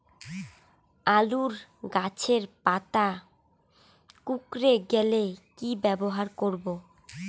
আলুর গাছের পাতা কুকরে গেলে কি ব্যবহার করব?